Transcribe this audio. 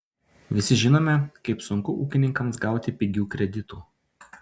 visi žinome kaip sunku ūkininkams gauti pigių kreditų